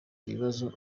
ibibazo